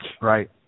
right